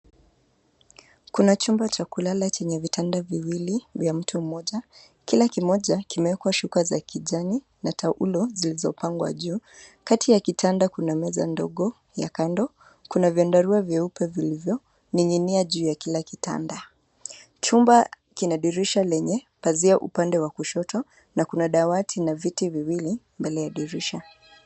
Kuna chumba cha kulala chenye vitanda viwili vya mtu mmoja. Kila kimoja kimewekwa shuka za kijani na taulo zilizopangwa juu. Kati ya kitanda kuna meza ndogo ya kando kuna vyandarua vyeupe vilivyoning'inia juu ya kila kitanda. Chumba kina dirisha lenye pazia upande wa kushoto , na kuna dawati na viti viwili mbele ya dirisha.